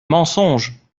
mensonge